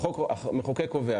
החוק קובע.